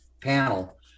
panel